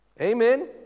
Amen